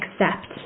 accept